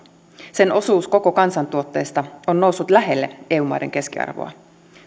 sen osuus koko kansantuotteesta on noussut lähelle eu maiden keskiarvoa